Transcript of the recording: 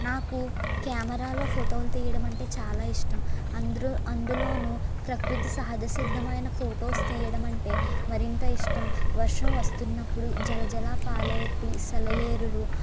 నాకు కెమరాలో ఫోటోలు తీయడము అంటే చాలా ఇష్టం అందరూ అందులోనూ ప్రకృతి సహజ సిద్దమైన ఫోటోస్ తీయడము అంటే మరింత ఇష్టం వర్షం వస్తున్నప్పుడు జల జల పారేటి సెలయేరులు